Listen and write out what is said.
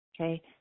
Okay